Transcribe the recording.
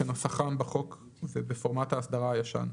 כנוסחם בחוק ובפורמט האסדרה הישן.